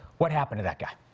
what happened to that guy.